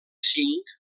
cinc